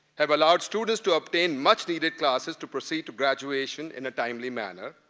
have allowed students to obtain much-needed classes to proceed to graduation in a timely manner,